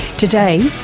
today,